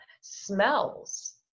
smells